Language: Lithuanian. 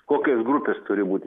kokios grupės turi būti